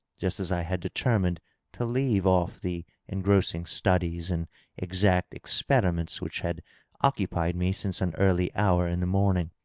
just as i had determined to leave off the engrossing studies and exact experiments which had occupied me since an early hour in the morning.